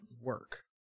work